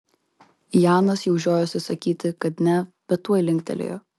janas jau žiojosi sakyti kad ne bet tuoj linktelėjo